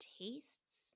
tastes